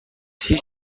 هیچ